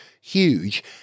huge